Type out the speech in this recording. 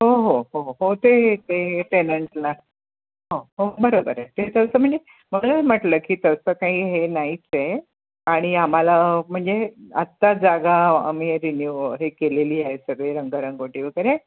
हो हो हो हो ते ते टेनंटला हो हो बरोबर आहे ते तसं म्हणजे म्हणूनच म्हटलं की तसं काही हे नाहीच आहे आणि आम्हाला म्हणजे आत्ता जागा आम्ही रिन्यूव हे केलेली आहे सगळी रंगरंगोटी वगैरे